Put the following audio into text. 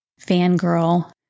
fangirl